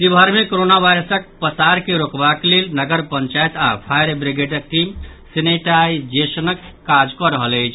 शिवहर मे कोरोना वायरसक पसार के रोकबाक लेल नगर पंचायत आओर फायर ब्रिगेडक टीम सैनेटाइजेशनक काज कऽ रहल अछि